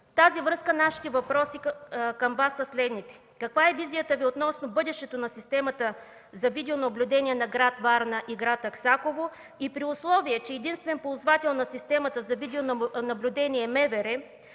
тази връзка нашите въпроси към Вас са следните: Каква е визията Ви относно бъдещето на системата за видеонаблюдение на град Варна и град Аксаково? При условие, че единствен ползвател на системата за видеонаблюдение е МВР